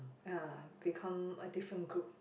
uh become a different group